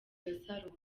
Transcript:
gasaro